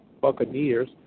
Buccaneers